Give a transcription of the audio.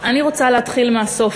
אני רוצה להתחיל מהסוף.